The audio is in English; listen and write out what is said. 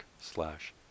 slash